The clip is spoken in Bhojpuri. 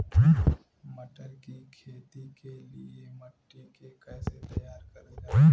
मटर की खेती के लिए मिट्टी के कैसे तैयार करल जाला?